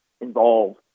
involved